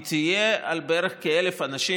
היא תהיה על בערך 1,000 אנשים,